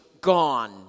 gone